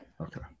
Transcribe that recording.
Okay